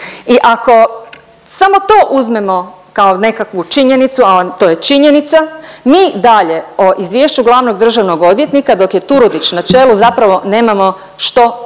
I ako samo to uzmemo kao nekakvu činjenicu, a to je činjenica mi dalje o Izvješću glavnog državnog odvjetnika dok je Turudić na čelu zapravo nemamo što ni